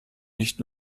nicht